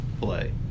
play